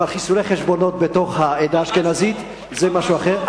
אבל חיסולי חשבונות בתוך העדה האשכנזית זה משהו אחר.